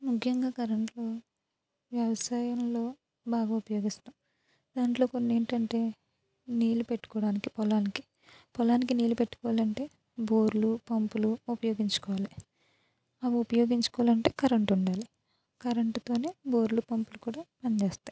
ముఖ్యంగా కరెంటు వ్యవసాయంలో బాగా ఉపయోగిస్తాం దాంట్లో కొన్ని ఏంటంటే నీళ్ళు పెట్టుకోవడానికి పొలానికి పొలానికి నీళ్ళు పెట్టుకోవాలంటే బోర్లు పంపులు ఉపయోగించుకోవాలి అవి ఉపయోగించుకోవాలంటే కరెంట్ ఉండాలి కరెంటుతోనే బోర్లు పంపులు కూడా పనిచేస్తాయి